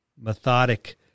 methodic